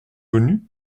venu